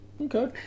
Okay